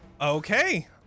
Okay